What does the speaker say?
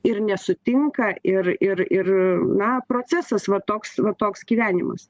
ir nesutinka ir ir ir na procesas va toks va toks gyvenimas